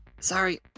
Sorry